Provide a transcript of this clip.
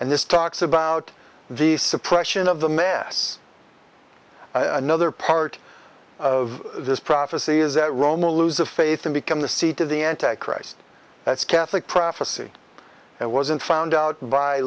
and this talks about the suppression of the mass another part of this prophecy is that roma lose the faith and become the seat of the anti christ that's catholic prophecy and wasn't found out by